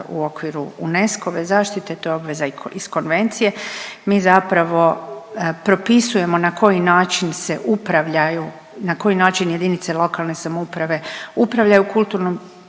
u okviru UNESCO-ve zaštite, to je obveza iz konvencije, mi zapravo propisujemo na koji način se upravljaju, na koji način JLS upravljaju kulturno